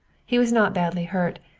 he was not badly hurt,